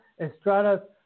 Estrada's